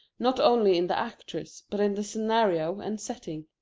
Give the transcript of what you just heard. not only in the actress, but in the scenario and setting.